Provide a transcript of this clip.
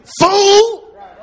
fool